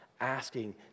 asking